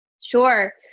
sure